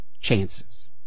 chances